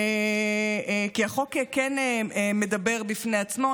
כי החוק כן מדבר בעד עצמו.